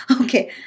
Okay